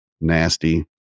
nasty